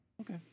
Okay